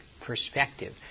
perspective